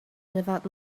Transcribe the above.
without